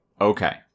Okay